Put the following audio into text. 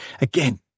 Again